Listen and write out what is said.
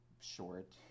short